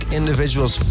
individuals